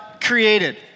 Created